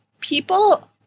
people